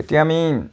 তেতিয়া আমি